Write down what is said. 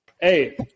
Hey